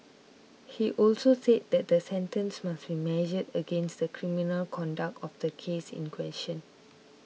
he also said that the sentence must be measured against the criminal conduct of the case in question